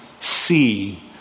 see